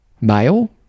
male